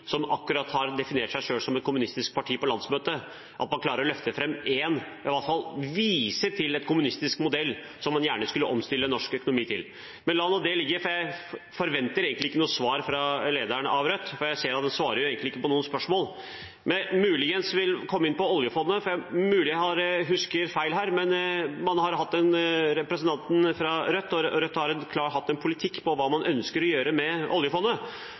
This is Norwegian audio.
som akkurat har definert seg selv som et kommunistisk parti på landsmøtet, at man klarer å løfte fram én eller alle fall vise til én kommunistisk modell som man gjerne skulle omstilt norsk økonomi til. Men la nå det ligge. Jeg forventer egentlig ikke noe svar fra lederen av Rødt, for jeg ser at han egentlig ikke svarer på noen spørsmål. Men jeg vil komme inn på oljefondet. Det er mulig jeg husker feil her, men Rødt har hatt en politikk for hva man ønsker å gjøre med oljefondet. Er det slik at man fremdeles ønsker å legge ned oljefondet,